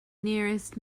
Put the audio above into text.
nearest